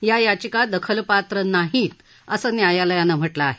या याचिका दखलपात्र नाहीत असं न्यायालयानं म्हटलं आहे